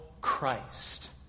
Christ